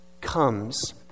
comes